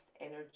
energy